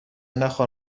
نخور